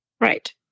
Right